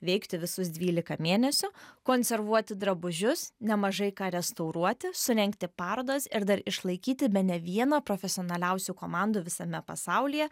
veikti visus dvylika mėnesių konservuoti drabužius nemažai ką restauruoti surengti parodas ir dar išlaikyti bene vieną profesionaliausių komandų visame pasaulyje